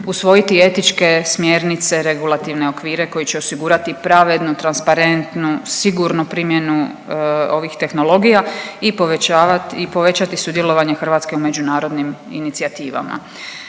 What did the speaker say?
usvojiti etičke smjernice i regulativne okvire koji će osigurati pravednu, transparentnu i sigurnu primjenu ovih tehnologija i povećavat i povećati sudjelovanje Hrvatske u međunarodnim inicijativama.